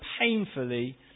painfully